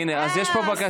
הינה, אז יש פה בקשה.